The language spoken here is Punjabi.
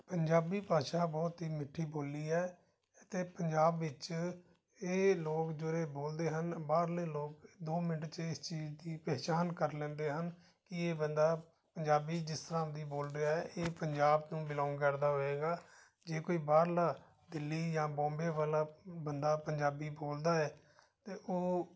ਪੰਜਾਬੀ ਭਾਸ਼ਾ ਬਹੁਤ ਹੀ ਮਿੱਠੀ ਬੋਲੀ ਹੈ ਅਤੇ ਪੰਜਾਬ ਵਿੱਚ ਇਹ ਲੋਕ ਜਿਹੜੇ ਬੋਲਦੇ ਹਨ ਬਾਹਰਲੇ ਲੋਕ ਦੋ ਮਿੰਟ 'ਚ ਇਸ ਚੀਜ਼ ਦੀ ਪਹਿਚਾਣ ਕਰ ਲੈਂਦੇ ਹਨ ਕਿ ਇਹ ਬੰਦਾ ਪੰਜਾਬੀ ਜਿਸ ਤਰ੍ਹਾਂ ਦੀ ਬੋਲ ਰਿਹਾ ਹੈ ਇਹ ਪੰਜਾਬ ਨੂੰ ਬਿਲੋਂਗ ਕਰਦਾ ਹੋਏਗਾ ਜੇ ਕੋਈ ਬਾਹਰਲਾ ਦਿੱਲੀ ਜਾਂ ਬੌਂਬੇ ਵਾਲਾ ਬੰਦਾ ਪੰਜਾਬੀ ਬੋਲਦਾ ਹੈ ਤਾਂ ਉਹ